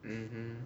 mmhmm